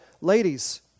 ladies